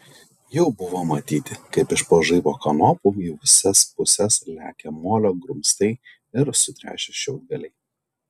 jau buvo matyti kaip iš po žaibo kanopų į visas puses lekia molio grumstai ir sutrešę šiaudgaliai